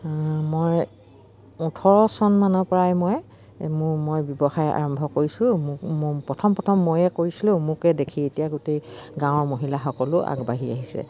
মই ওঠৰ চনমানৰ পৰাই মই ব্যৱসায় আৰম্ভ কৰিছোঁ মোক প্ৰথম প্ৰথম ময়ে কৰিছিলোঁ মোকে দেখি এতিয়া গোটেই গাঁৱৰ মহিলাসকলো আগবাঢ়ি আহিছে